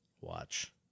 watch